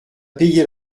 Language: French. payé